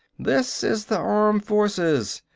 this is the armed forces.